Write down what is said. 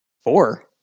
Four